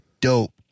dope